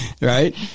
right